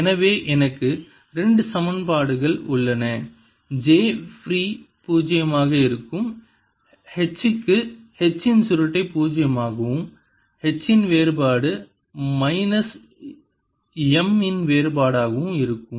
எனவே எனக்கு 2 சமன்பாடுகள் உள்ளன j ஃப்ரீ பூஜ்ஜியமாக இருக்கும் H க்கு H இன் சுருட்டை பூஜ்ஜியமாகவும் H இன் வேறுபாடு மைனஸ் M இன் வேறுபாடாகவும் இருக்கிறது